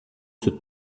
cette